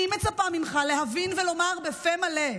אני מצפה ממך להבין ולומר בפה מלא: